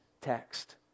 text